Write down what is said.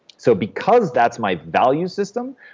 so because that's my value system,